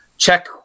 check